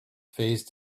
phase